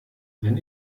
wenn